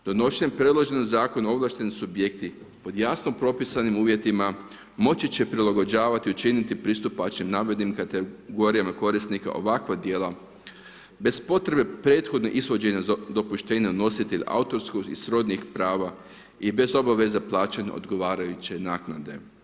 Donošenjem predloženog zakona ovlašteni subjekti pod jasno propisanim uvjetima moći će prilagođavati i učiniti pristupačnim navedenim kategorijama korisnika ovakva djela bez potrebe prethodnog ishođenja dopuštenja nositelj autorskog i srodnih prava i bez obveze plaćanja odgovarajuće naknade.